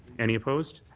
any opposed?